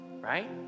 right